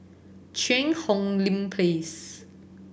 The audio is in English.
Cheang Hong Lim Place